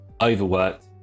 overworked